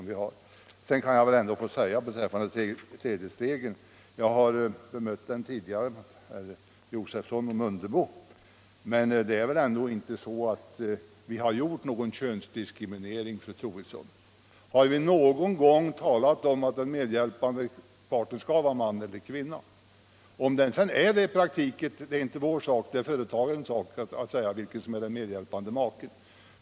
Beträffande tredjedelsregeln vill jag, fru Troedsson, framhålla — jag har sagt det tidigare till herrar Josefson och Mundebo — att vi inte har gjort någon könsdiskriminering. Har vi någon gång talat om att den medhjälpande parten skall vara man eller kvinna? Det är företagets sak att säga vem som är den medhjälpande parten.